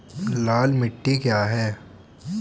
लाल मिट्टी क्या है?